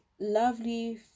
lovely